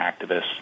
activists